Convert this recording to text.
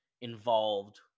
involved